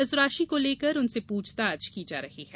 इस राशि को लेकर उनसे पूछताछ की जा रही है